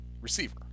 receiver